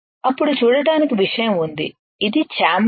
అప్పుడు చూడటానికి విషయం ఉంది ఇది చాంబర్